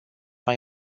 mai